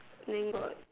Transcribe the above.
then got